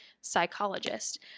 psychologist